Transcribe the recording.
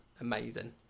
Amazing